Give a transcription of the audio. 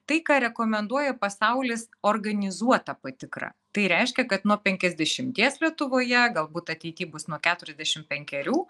tai ką rekomenduoja pasaulis organizuota patikra tai reiškia kad nuo penkiasdešimties lietuvoje galbūt ateity bus nuo keturiasdešim penkerių